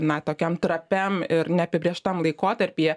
na tokiam trapiam ir neapibrėžtam laikotarpyje